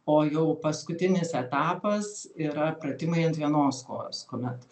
o jau paskutinis etapas yra pratimai ant vienos kojos kuomet